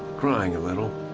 crying a little.